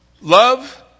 Love